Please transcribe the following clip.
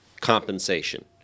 compensation